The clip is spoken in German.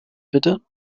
bitte